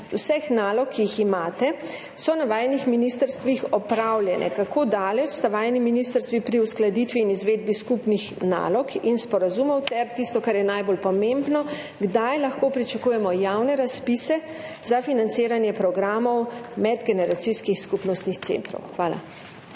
vseh nalog, ki jih imate, so na vajinih ministrstvih opravljene? Kako daleč sta vajini ministrstvi pri uskladitvi in izvedbi skupnih nalog in sporazumov? Kdaj lahko pričakujemo javne razpise za financiranje programov medgeneracijskih skupnostnih centrov? Hvala.